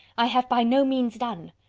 i have by no means done.